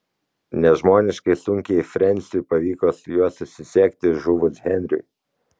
nežmoniškai sunkiai frensiui pavyko su juo susisiekti žuvus henriui